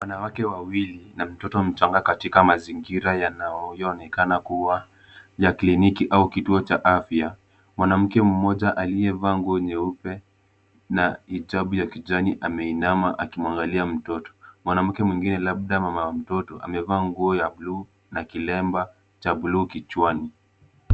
Wanawake wawili na mtoto mchanga katika mazingira yanayoonekana kuwa ya kliniki au kituo cha afya. Mwanamke mmoja aliyevaa nguo nyeupe na hijabu ya kijani ameinama akimwangalia mtoto. Mwanamke mwingine labda mama wa mtoto amevaa nguo ya blue na kilemba cha blue kichwani.